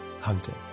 hunting